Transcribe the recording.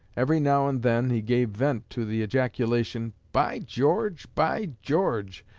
every now and then he gave vent to the ejaculation, by george! by george!